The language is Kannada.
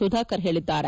ಸುಧಾಕರ್ ಹೇಳಿದ್ದಾರೆ